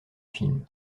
film